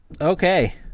Okay